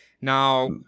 Now